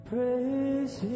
Praise